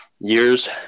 years